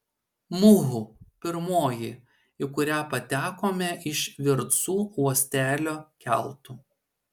muhu pirmoji į kurią patekome iš virtsu uostelio keltu